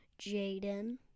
Jaden